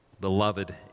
Beloved